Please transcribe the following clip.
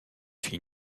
filles